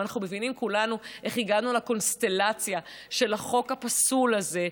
אנחנו מבינים כולנו איך הגענו לקונסטלציה של החוק הפסול הזה,